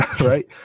right